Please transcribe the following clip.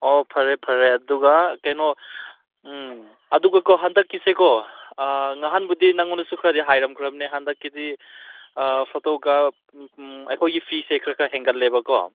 ꯑꯣ ꯐꯔꯦ ꯐꯔꯦ ꯑꯗꯨꯒ ꯀꯩꯅꯣ ꯑꯗꯨꯒꯀꯣ ꯍꯟꯗꯛꯀꯤꯁꯦꯀꯣ ꯉꯍꯥꯟꯕꯨꯗꯤ ꯅꯉꯣꯟꯗꯁꯨ ꯈꯔ ꯍꯥꯏꯔꯝꯈ꯭ꯔꯝꯅꯦ ꯍꯟꯗꯛꯀꯤꯗꯤ ꯐꯣꯇꯣꯒ ꯑꯩꯈꯣꯏꯒꯤ ꯐꯤꯁꯦ ꯈꯔ ꯈꯔ ꯍꯦꯟꯒꯠꯂꯦꯕꯀꯣ